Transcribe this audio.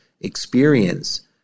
experience